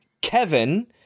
Kevin